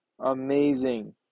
amazing